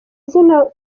izina